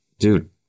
Dude